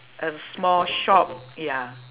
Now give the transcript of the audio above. a small shop ya